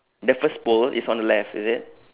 the first pole is on the left is it